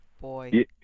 Boy